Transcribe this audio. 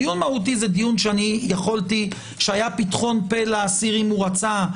דיון מהותי הוא דיון שהיה פתחון פה לאסיר אם רצה,